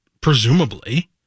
presumably